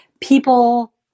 people